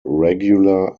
regular